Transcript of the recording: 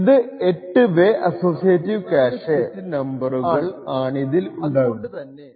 ഇത് 8 way associative cache ആണ് അത് കൊണ്ട് തന്നെ 64 സെറ്റ് നമ്പറുകൾ ആണിതിൽ ഉണ്ടാകുക